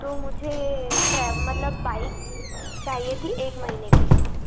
तो मुझे ट्रेव मतलब बाइक चाहिए थी एक महीने के लिए